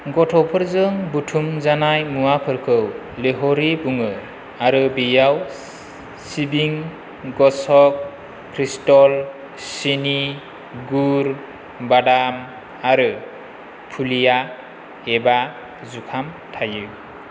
गथ'साफोरजों बुथुमजानाय मुआफोरखौ लोहड़ी बुङो आरो बियाव सिबिं गच्छक क्रिस्टल सिनि गुर बादाम आरो फुलिया एबा जुखाम थायो